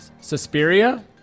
Suspiria